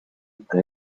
ikka